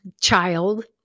child